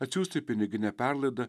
atsiųsti pinigine perlaida